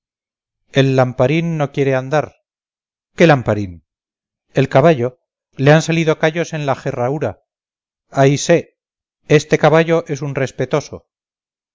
el lamparín no quiere andar qué lamparín el caballo le han salido callos en la jerraúra ay sé este caballo es muy respetoso